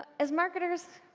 as marketers,